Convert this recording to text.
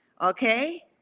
okay